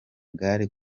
gare